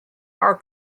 are